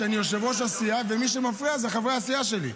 שאני יושב-ראש הסיעה ומי שמפריע זה חברי הסיעה שלי.